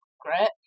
great